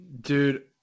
Dude